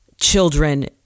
children